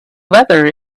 weather